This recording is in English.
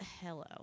Hello